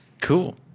Cool